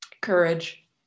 Courage